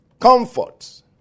comfort